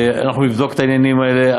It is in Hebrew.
אנחנו נבדוק את העניינים האלה,